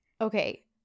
Okay